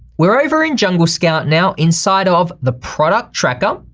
we're over in jungle scout now inside of the product tracker,